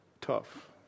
tough